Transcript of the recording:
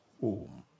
home